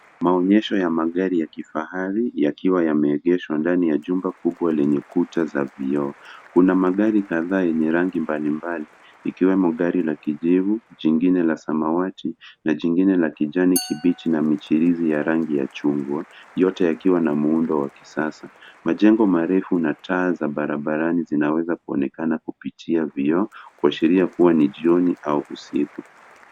Maonyesho ya magari ya kifahari yakiwa yameegeshwa ndani ya duka kubwa lenye vioo. Kuna magari kadhaa yenye rangi mbalimbali ikiwemo gari la kijivu, jingine la samawati na jingine la kijani kibichi na michirizi ya rangi ya chungwa yote yakiwa na muundo wa kisasa. Majengo marefu na taa za barabarani zinaweza kuonekana kupitia vioo kuashiria kuwa ni jioni au usiku.